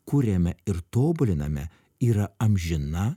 kuriame ir tobuliname yra amžina